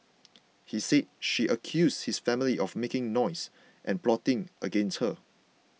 he said she accused his family of making noise and plotting against her